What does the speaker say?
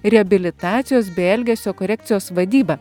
reabilitacijos bei elgesio korekcijos vadyba